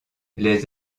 les